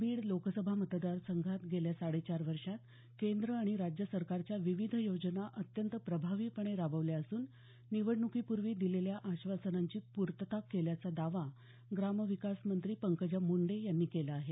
बीड लोकसभा मतदारसंघांत गेल्या साडेचार वर्षात केंद्र आणि राज्य सरकारच्या विविध योजना अत्यंत प्रभावीपणे राबवल्या असून निवडण्कीपूर्वी दिलेल्या आश्वासनांची पूर्तता केल्याचा दावा ग्राम विकास मंत्री पंकजा मुंडे यांनी केला आहे